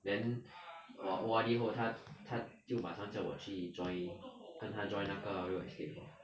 then 我 O_R_D 后他他就马上叫我去 join 跟他 join 那个 real estate hor